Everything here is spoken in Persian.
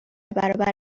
برابر